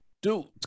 Dude